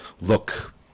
look